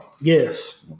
Yes